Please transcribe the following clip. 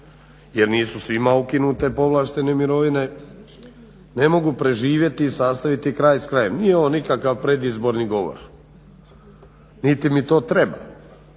jer nisu svima ukinute povlaštene mirovine, ne mogu preživjeti i sastaviti kraj sa krajem. Nije ovo nikakav predizborni govor niti mi to treba.